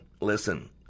Listen